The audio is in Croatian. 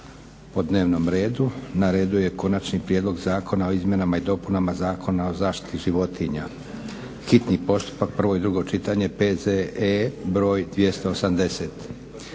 po dnevnim redu na redu je: - Prijedlog zakona o izmjenama i dopunama Zakona o zaštiti životinja, hitni postupak, prvo i drugo čitanje, P.Z.E. br.280;